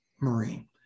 Marine